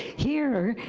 here,